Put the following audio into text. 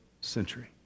century